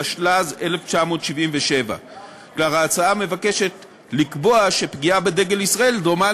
התשל"ז 1977. ההצעה מבקשת לקבוע שפגיעה בדגל ישראל דומה,